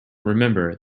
remember